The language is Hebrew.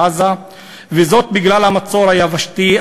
וזאת בגלל המצור היבשתי,